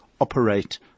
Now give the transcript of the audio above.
operate